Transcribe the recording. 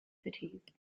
cities